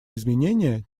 изменения